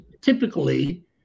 typically